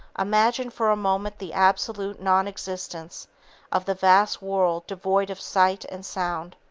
imagine for a moment the absolute non-existence of the vast world devoid of sight and sound.